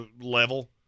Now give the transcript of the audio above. level